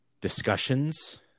discussions